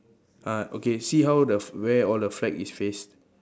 uh okay see how the f~ where all the flag is faced